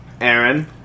Aaron